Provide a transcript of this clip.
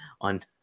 on